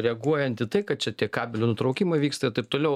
reaguojant į tai kad čia tie kabelių nutraukimai vyksta ir taip toliau